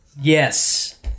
Yes